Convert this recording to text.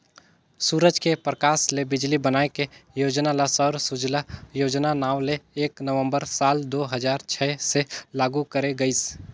सूरज के परकास ले बिजली बनाए के योजना ल सौर सूजला योजना नांव ले एक नवंबर साल दू हजार छै से लागू करे गईस